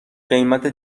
قیمت